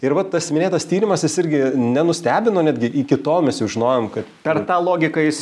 ir va tas minėtas tyrimas jis irgi nenustebino netgi iki to mes jau žinojom kad per tą logiką jis